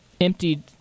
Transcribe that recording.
emptied